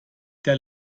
der